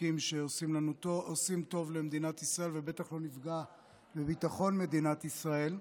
חוקים שעושים טוב למדינת ישראל ובטח לא נפגע בביטחון מדינת ישראל,